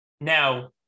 now